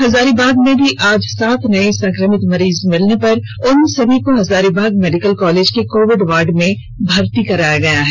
हजारीबाग में भी आज सात नए संक्रमित मरीज मिलने पर उनसभी को हजारीबाग मेडिकल कॉलेज के कोविड वार्ड में भर्ती कराया गया है